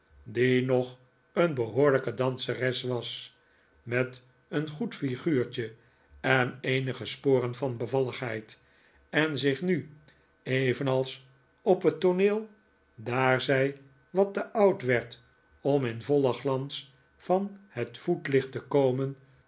die nog een behoorlijke danseres was met een goed figuurtje en eenige sporen van bevalligheid en zich nu evenals op het tooneel daar zij wat te oud werd om in den vollen glans van het voetlicht te komen